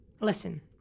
Listen